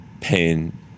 pain